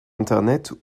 internet